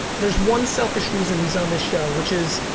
there's one selfish reason he's on this show which is,